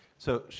so,